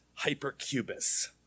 Hypercubus